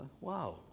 Wow